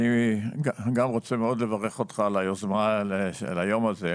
אני מאוד רוצה לברך אותך על היוזמה של היום הזה,